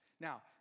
Now